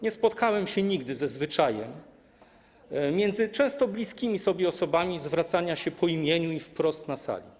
Nie spotkałem się nigdy ze zwyczajem, jeśli chodzi o często bliskie sobie osoby, zwracania się po imieniu i wprost na sali.